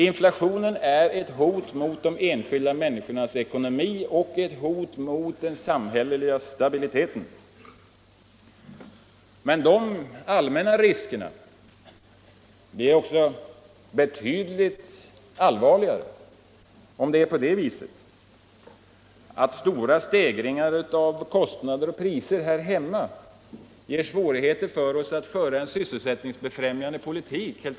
Inflationen är ett hot mot de enskilda människornas ekonomi och mot samhällelig stabilitet. Riskerna blir än mera påtagliga om kostnadsoch prishöjningarna håller på att bli så stora att det möter svårigheter på valutasidan att föra en sysselsättningsbefrämjande politik.